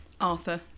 Arthur